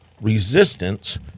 resistance